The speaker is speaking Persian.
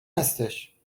هستش